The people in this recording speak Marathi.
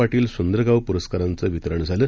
पाटील सुंदर गाव पुरस्कारांच वितरण झालं